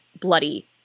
bloody